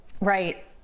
Right